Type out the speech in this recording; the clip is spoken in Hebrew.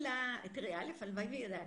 ראשית, הלוואי וידעתי,